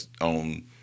on